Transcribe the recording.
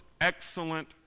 excellent